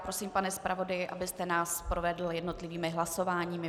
Prosím, pane zpravodaji, abyste nás provedl jednotlivými hlasováními.